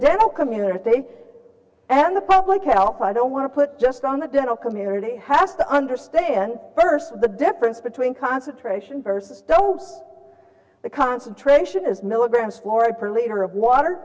dental community and the public health i don't want to put just on the dental community has to understand first the difference between concentration versus don't the concentration is milligrams flora per liter of water